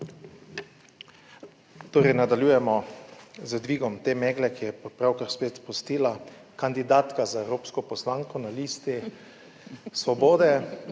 Torej nadaljujemo z dvigom te megle, ki je pravkar spet pustila kandidatka za evropsko poslanko na listi Svobode.